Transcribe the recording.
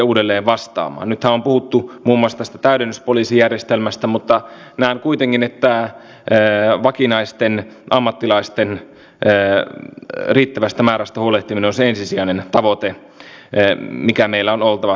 se työ ei ole ollut helppo mutta näen kuitenkin että ne vakinaisten meillähän on siinä kunnianhimoinen tavoite että tämän vuoden loppuun mennessä meillä on toimenpideohjelma